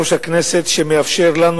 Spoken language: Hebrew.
ותודה ליושב-ראש הכנסת,